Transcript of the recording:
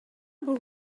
бул